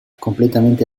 completamente